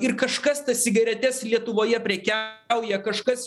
ir kažkas tas cigaretes lietuvoje prekiauja kažkas